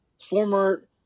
former